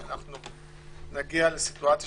אנחנו נגיע לסיטואציה